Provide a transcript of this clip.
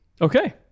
Okay